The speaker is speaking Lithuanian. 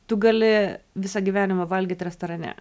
tu gali visą gyvenimą valgyt restorane